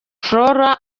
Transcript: flora